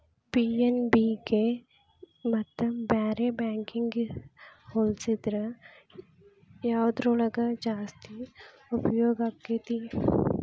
PNB ಗೆ ಮತ್ತ ಬ್ಯಾರೆ ಬ್ಯಾಂಕಿಗ್ ಹೊಲ್ಸಿದ್ರ ಯವ್ದ್ರೊಳಗ್ ಜಾಸ್ತಿ ಉಪ್ಯೊಗಾಕ್ಕೇತಿ?